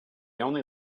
only